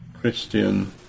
Christian